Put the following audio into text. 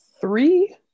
Three